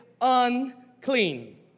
unclean